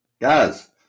Guys